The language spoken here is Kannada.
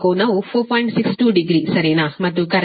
62 ಡಿಗ್ರಿ ಸರಿನಾ ಮತ್ತು ಕರೆಂಟ್ ಮೈನಸ್ 36